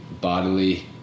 bodily